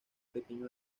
pequeño